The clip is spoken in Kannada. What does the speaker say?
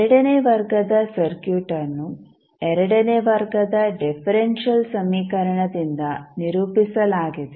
ಎರಡನೇ ವರ್ಗದ ಸರ್ಕ್ಯೂಟ್ ಅನ್ನು ಎರಡನೇ ವರ್ಗದ ಡಿಫರೆಂಶಿಯಲ್ ಸಮೀಕರಣದಿಂದ ನಿರೂಪಿಸಲಾಗಿದೆ